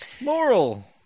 moral